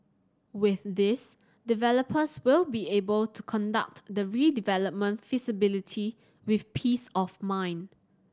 with this developers will be able to conduct the redevelopment feasibility with peace of mind